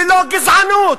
ללא גזענות,